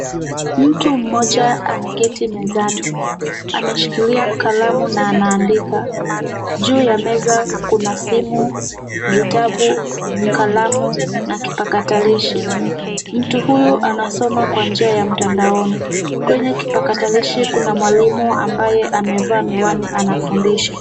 Mtu mmoja ameketi mezani. Ameshikilia kalamu na anaandika. Juu ya meza kuna simu, vitabu, kalamu na kipakatalishi. Mtu huyu anasoma kwa njia ya mtandaoni. Kwenye kipakatalishi kuna mwalimu ambaye amevaa miwani anafundisha.